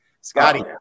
Scotty